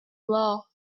love